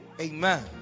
Amen